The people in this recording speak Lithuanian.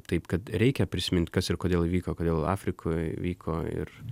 taip kad reikia prisimint kas ir kodėl įvyko kodėl afrikoj vyko ir